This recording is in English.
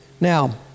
Now